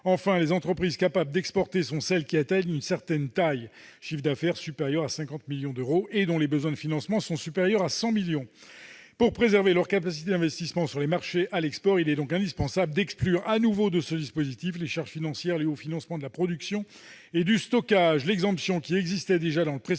Enfin, les entreprises capables d'exporter sont celles qui atteignent une certaine taille. Leur chiffre d'affaires est supérieur à 50 millions d'euros et leurs besoins de financement sont supérieurs à 100 millions d'euros. Pour préserver leur capacité d'investissement sur les marchés à l'export, il est donc indispensable d'exclure de nouveau de ce dispositif les charges financières liées au financement de la production et au stockage.